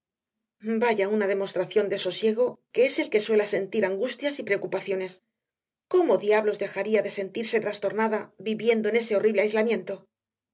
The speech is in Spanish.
vaya una demostración de sosiego que es el que suela sentir angustias y preocupaciones cómo diablos dejaría de sentirse trastornada viviendo en ese horrible aislamiento